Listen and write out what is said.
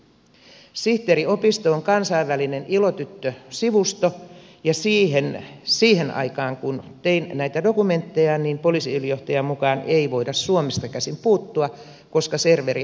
sihteeriopisto on kansainvälinen ilotyttösivusto ja siihen aikaan kun tein näitä dokumentteja poliisiylijohtajan mukaan siihen ei voitu suomesta käsin puuttua koska serveri on ulkomailla